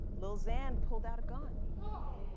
lil xan pulled out a gun. yes.